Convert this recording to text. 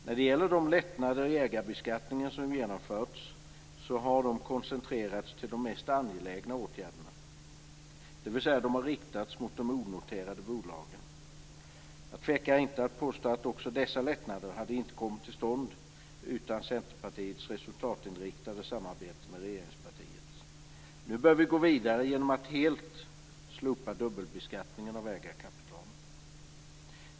När det gäller de lättnader i ägarbeskattningen som genomförts har de koncentrerats till de mest angelägna åtgärderna. De har alltså riktats mot de onoterade aktiebolagen. Jag tvekar inte att påstå att inte heller dessa lättnader hade kommit till stånd utan Centerpartiets resultatinriktade samarbete med regeringspartiet. Nu bör vi gå vidare genom att helt slopa dubbelbeskattningen av ägarkapital.